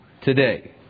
today